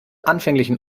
anfänglichen